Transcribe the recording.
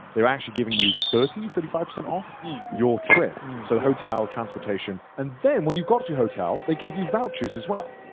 they're actually giving you thirty, thirty five percent off your trip. so the hotel, transportation, and then when you got your hotel, they gave you vouchers as well.